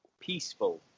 peaceful